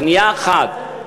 שנייה אחת.